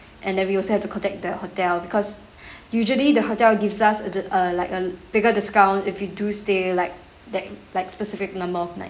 and we also have to contact the hotel because usually the hotel gives us a like a bigger discount if you do stay like that like specific number of night